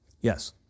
Yes